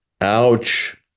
ouch